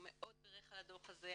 הוא מאוד בירך על הדו"ח הזה,